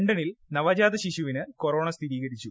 ലണ്ടനിൽ നവജാതശിശുവിന് കൊഴ്ട്ടോണ സ്ഥിരീകരിച്ചു